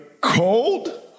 cold